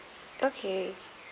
okay